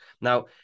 Now